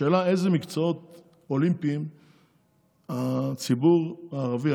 השאלה היא איזה מקצועות אולימפיים הציבור הערבי,